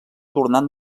tornant